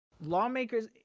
lawmakers